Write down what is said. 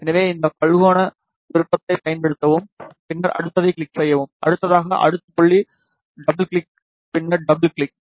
எனவே இந்த பலகோண விருப்பத்தைப் பயன்படுத்தவும் பின்னர் அடுத்ததைக் கிளிக் செய்யவும் அடுத்ததாக அடுத்த புள்ளி டபுள்கிளிக் பின்னர் டபுள்கிளிக்